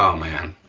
um man.